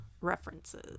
references